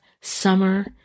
summer